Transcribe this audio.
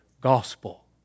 gospel